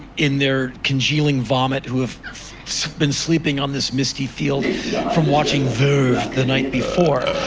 in their congealing vomit who have been sleeping on this misty field from watching verve the night before.